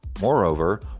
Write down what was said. Moreover